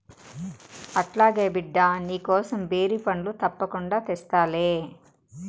అట్లాగే బిడ్డా, నీకోసం బేరి పండ్లు తప్పకుండా తెస్తాలే